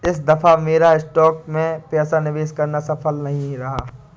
इस दफा मेरा स्टॉक्स में पैसा निवेश करना सफल नहीं रहा